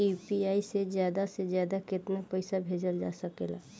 UPI से ज्यादा से ज्यादा केतना पईसा भेजल जा सकेला?